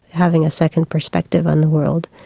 having a second perspective on the world,